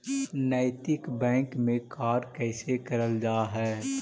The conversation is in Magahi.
नैतिक बैंक में कार्य कैसे करल जा हई